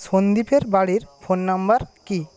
সন্দীপের বাড়ির phone number কী